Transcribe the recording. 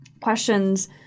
questions